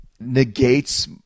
negates